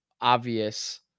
obvious